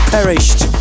Perished